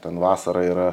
ten vasarą yra